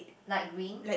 light green